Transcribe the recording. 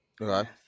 Okay